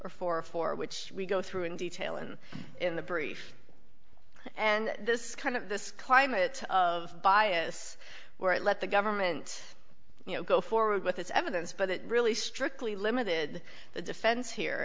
or four four which we go through in detail and in the brief and this kind of this climate of bias where it let the government you know go forward with this evidence but it really strictly limited the defense